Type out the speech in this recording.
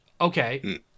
okay